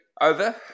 over